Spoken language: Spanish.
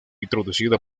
introducida